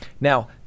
Now